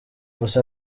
gusa